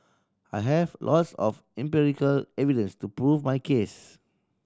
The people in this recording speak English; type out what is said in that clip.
I have lots of empirical evidence to prove my case